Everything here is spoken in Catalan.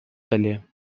taller